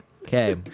Okay